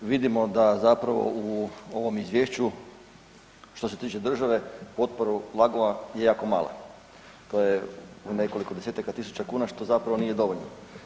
Vidimo da zapravo u ovom izvješću što se tiče države potpora LAG-ova je jako mala, to je u nekoliko desetaka tisuća kuna, što zapravo nije dovoljno.